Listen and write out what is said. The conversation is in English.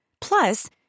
Plus